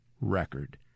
record